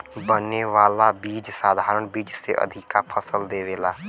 बने वाला बीज साधारण बीज से अधिका फसल देवेला